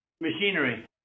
machinery